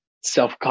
self